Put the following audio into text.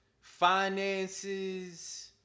finances